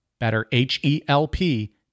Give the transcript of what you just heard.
BetterHelp